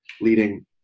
leading